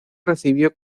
recibió